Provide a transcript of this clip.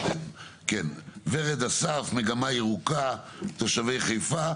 ורד אסף, מגמה ירוקה תושבי חיפה.